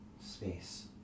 space